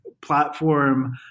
platform